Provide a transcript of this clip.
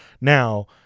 Now